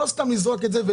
לא רק לזרוק את זה,